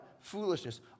foolishness